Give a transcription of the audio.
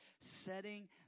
setting